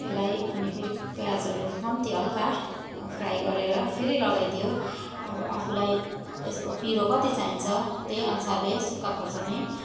यसलाई अनि फेरि प्याजहरू कम्ती हल्का फ्राई गरेर फेरि लगाइदियो अब आफूलाई यसको पिरो कति चाहिन्छ त्यही अनुसारले सुक्खा खोर्सानी